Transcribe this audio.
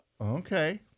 Okay